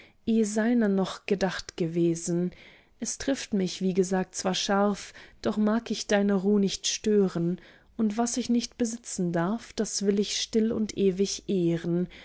seiner noch gedacht gewesen es trifft mich wie gesagt zwar scharf doch mag ich deine ruh nicht stören und was ich nicht besitzen darf das will ich still und ewig ehren